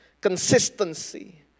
Consistency